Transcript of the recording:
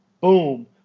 boom